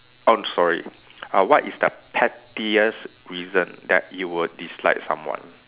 I'm sorry uh what is the pettiest reason that you will dislike someone